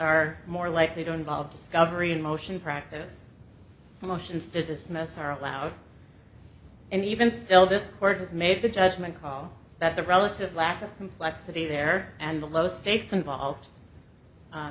are more likely to involve discovery motion practice motions to dismiss are allowed and even still this court has made the judgment call that the relative lack of complexity there and the low stakes involved